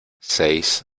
seis